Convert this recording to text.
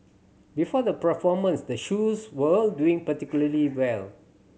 before the performance the shoes were doing particularly well